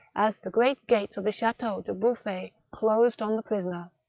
as the great gates of the chateau de bouflfay closed on the prisoner.